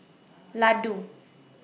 Ladoo